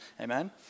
Amen